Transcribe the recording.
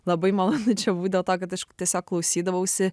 labai malonu čia būt dėl to kad aš tiesiog klausydavausi